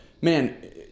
man